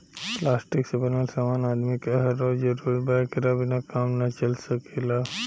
plastic से बनल समान आदमी के हर रोज जरूरत बा एकरा बिना काम ना चल सकेला